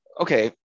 okay